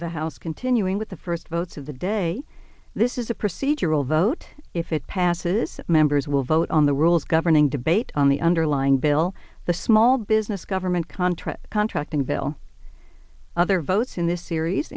the house continuing with the first votes of the day this is a procedural vote if it passes members will vote on the rules governing debate on the underlying bill the small business government contracts contracting bill other votes in this series